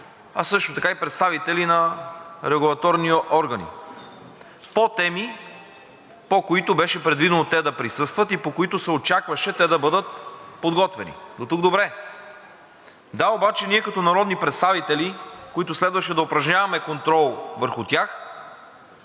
а също така и представители на регулаторни органи по теми, по които беше предвидено те да присъстват и по които се очакваше да бъдат подготвени, дотук добре. Ние като народни представители, които следваше да упражняваме контрол върху тях,